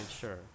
sure